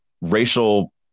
racial